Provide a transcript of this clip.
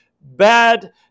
bad